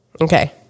Okay